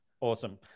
Awesome